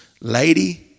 lady